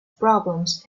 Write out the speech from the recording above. problems